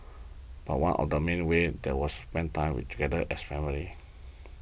but one of the mini ways that was spent time together as a family